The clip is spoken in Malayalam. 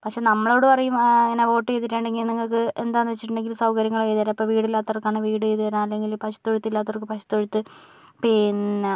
പക്ഷെ നമ്മളോട് പറയും ഇങ്ങനെ വോട്ട് ചെയ്തിട്ടുണ്ടെങ്കിൽ നിങ്ങൾക്ക് എന്താന്ന് വെച്ചിട്ടുണ്ടെങ്കിൽ സൗകര്യങ്ങള് ചെയ്തു തരാം ഇപ്പോൾ വീടില്ലാത്തവർക്കാണെങ്കിൽ വീട് ചെയ്ത് തരാം അല്ലെങ്കില് പശുത്തൊഴുത്തില്ലാത്തവർക്ക് പശുത്തൊഴുത്ത് പിന്നെ